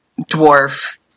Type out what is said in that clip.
dwarf